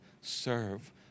serve